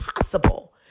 possible